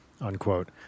unquote